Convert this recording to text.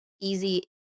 easy